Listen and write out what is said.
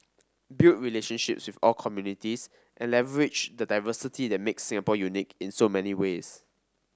build relationships with all communities and leverage the diversity that makes Singapore unique in so many ways